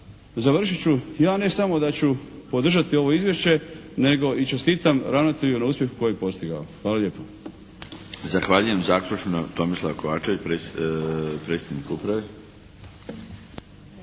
završit ću. Ja ne samo da ću podržati ovo izvješće nego i čestitam ravnatelju na uspjehu koji je postigao. Hvala lijepo. **Milinović, Darko (HDZ)** Zahvaljujem. Zaključno Tomislav Kovačević, predsjednik uprave.